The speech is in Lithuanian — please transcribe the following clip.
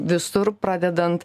visur pradedant